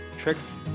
tricks